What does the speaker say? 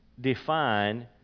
define